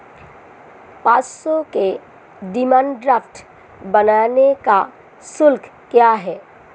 पाँच सौ के डिमांड ड्राफ्ट बनाने का शुल्क क्या है?